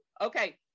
Okay